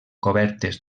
cobertes